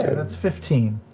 that's fifteen.